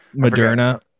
Moderna